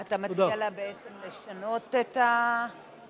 אתה מציע לה בעצם לשנות את ההצעה?